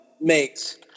makes